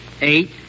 eight